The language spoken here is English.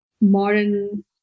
modern